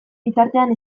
bitartean